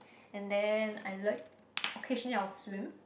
and then I like occasionally I will swim